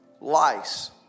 lice